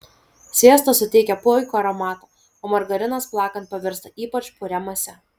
sviestas suteikia puikų aromatą o margarinas plakant pavirsta ypač puria mase